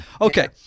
okay